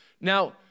Now